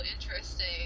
interesting